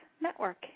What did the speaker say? Network